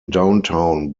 downtown